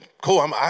cool